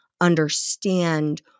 understand